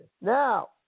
Now